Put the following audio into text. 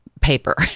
paper